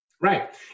Right